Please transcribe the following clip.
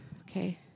okay